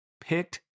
picked